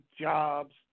jobs